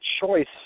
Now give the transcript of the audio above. choice